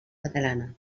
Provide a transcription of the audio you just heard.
catalana